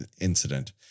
incident